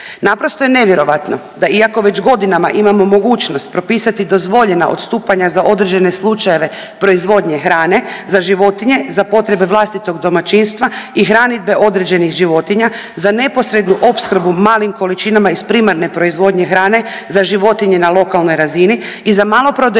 Naprosto je nevjerojatno da iako već godinama imamo mogućnost propisati dozvoljena odstupanja za određene slučajeve proizvodnje hrane za životinje, za potrebe vlastitog domaćinstva i hranidbe određenih životinja za neposrednu opskrbu u malim količinama iz primarne proizvodnje hrane za životinje na lokalnoj razini i za maloprodaju